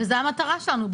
ובסוף זו המטרה שלנו.